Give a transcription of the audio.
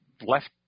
left